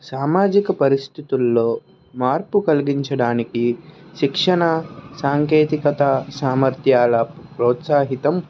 సామాజిక పరిస్థితుల్లో మార్పు కలిగించడానికి శిక్షణ సాంకేతికత సామర్థ్యాల ప్రోత్సహితం